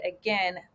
again